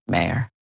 Mayor